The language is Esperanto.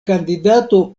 kandidato